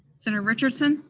senator richardson?